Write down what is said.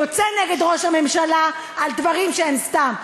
יוצא נגד ראש הממשלה על דברים שהם סתם.